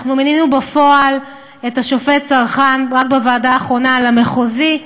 אנחנו מינינו בפועל את השופט סרחאן רק בוועדה האחרונה למחוזי.